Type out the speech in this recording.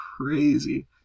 crazy